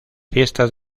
fiestas